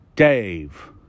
Dave